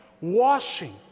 washing